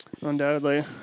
Undoubtedly